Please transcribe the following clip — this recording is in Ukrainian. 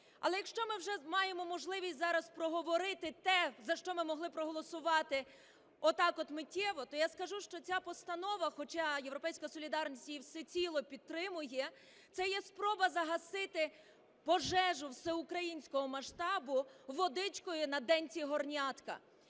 Але якщо ми вже маємо можливість зараз проговорити те, за що ми могли проголосувати отак от, миттєво, то я скажу, що ця постанова, хоча "Європейська солідарність" її всеціло підтримує, це є спроба загасити пожежу всеукраїнського масштабу водичкою на денці горнятка,